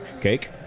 Cake